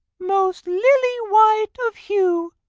most lily-white of hue,